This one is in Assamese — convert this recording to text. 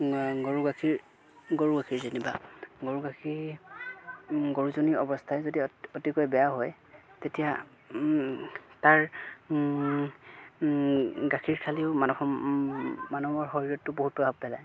গৰু গাখীৰ গৰু গাখীৰ যেনিবা গৰু গাখীৰ গৰুজনীৰ অৱস্থাই যদি অতিকৈ বেয়া হয় তেতিয়া তাৰ গাখীৰ খালেও মানুহ মানুহৰ শৰীৰতো বহুত প্ৰভাৱ পেলায়